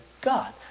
God